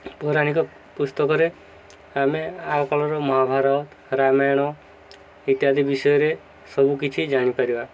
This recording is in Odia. ପୌରାଣିକ ପୁସ୍ତକରେ ଆମେ ଆଗକାଳର ମହାଭାରତ ରାମାୟଣ ଇତ୍ୟାଦି ବିଷୟରେ ସବୁ କିିଛି ଜାଣିପାରିବା